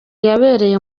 yabereye